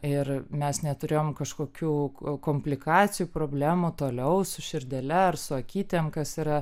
ir mes neturėjom kažkokių komplikacijų problemų toliau su širdele ar su akytėm kas yra